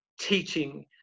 teaching